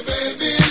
baby